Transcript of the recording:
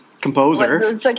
Composer